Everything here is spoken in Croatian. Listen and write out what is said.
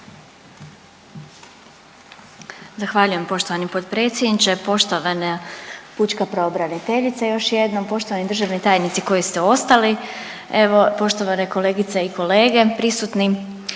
Zahvaljujem poštovani potpredsjedniče. Poštovana pučka pravobraniteljice još jednom, poštovani državni tajnici koji ste ostali, evo poštovane kolegice i kolege prisutni.